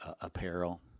apparel